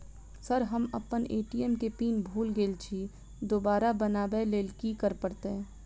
Sir हम अप्पन ATM केँ पिन भूल गेल छी दोबारा बनाबै लेल की करऽ परतै?